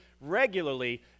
regularly